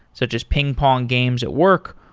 such as ping-pong games at work,